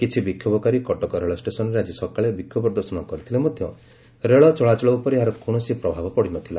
କିଛି ବିକ୍ଷୋଭକାରୀ କଟକ ରେଳ ଷେସନ୍ରେ ଆକି ସକାଳେ ବିକ୍ଷୋଭ ପ୍ରଦର୍ଶନ କରିଥିଲେ ମଧ୍ଧ ରେଳ ଚଳାଚଳ ଉପରେ ଏହାର କୌଣସି ପ୍ରଭାବ ପଡ଼ି ନ ଥିଲା